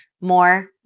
more